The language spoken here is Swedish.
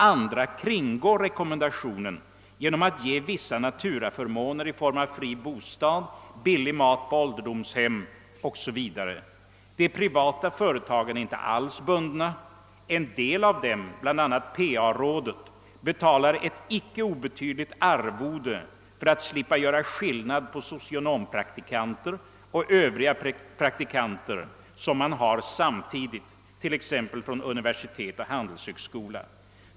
Andra kringgår rekommendationen genom att ge vissa naturaförmåner i form av fri bostad, billig mat på ålderdomshem osv. De privata företagen är inte alls bundna. En del av dem, bl.a. PA rådet, betalar ett icke obetydligt arvode för att slippa göra skillnad på socionompraktikanter och övriga praktikanter som man har samtidigt, t.ex. från universitet och handelshögskola.